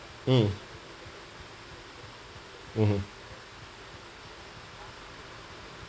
mm mmhmm